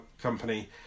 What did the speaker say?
company